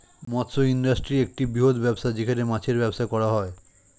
মৎস্য ইন্ডাস্ট্রি একটা বৃহত্তম ব্যবসা যেখানে মাছের ব্যবসা করা হয়